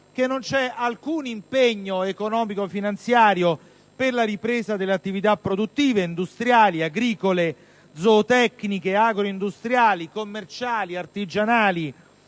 non c'è alcun impegno economico-finanziario per la ripresa delle attività produttive, industriali, agricole, zootecniche, agro-industriali, commerciali, artigianali,